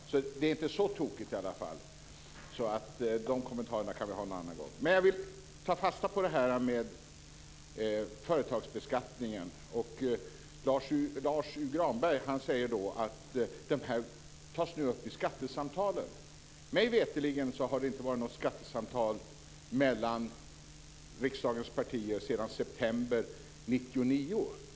Det är i varje fall inte så tokigt, så de kommentarerna kan vi ta en annan gång. Jag vill ta fasta på företagsbeskattningen. Lars U Granberg säger att den nu tas upp i skattesamtalen. Mig veterligen har det inte varit några skattesamtal mellan riksdagens partier sedan september 1999.